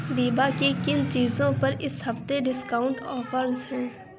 بیبا کی کن چیزوں پر اس ہفتے ڈسکاؤنٹ آفرز ہیں